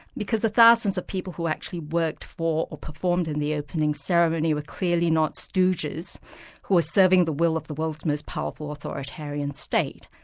because the thousands of people who actually worked for or performed in the opening ceremony, were clearly not stooges who were serving the will of the world's most powerful authoritarian state.